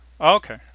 Okay